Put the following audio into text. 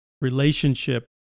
relationship